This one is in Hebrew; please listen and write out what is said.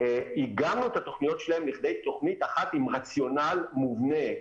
אגמנו את התוכניות שלהם לכדי תוכנית אחת עם רציונל מובנה,